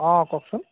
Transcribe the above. অঁ কওকচোন